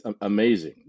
amazing